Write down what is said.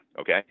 Okay